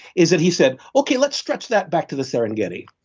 is that he said, okay, let's stretch that back to the serengeti.